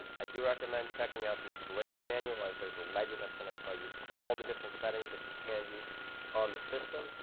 i do recommend checking out the installation manual as there's a legend that's going to tell you all the different settings that you can do on the system.